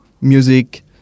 music